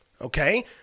okay